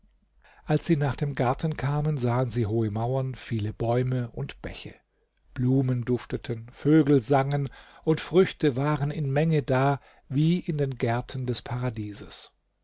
als sie nach dem garten kamen sahen sie hohe mauern viele bäume und bäche blumen dufteten vögel sangen und früchte waren in menge da wie in den gärten des paradieses